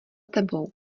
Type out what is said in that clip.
tebou